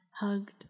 hugged